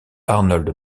arnold